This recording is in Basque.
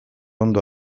ondo